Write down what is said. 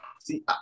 See